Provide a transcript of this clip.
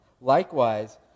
Likewise